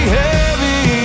heavy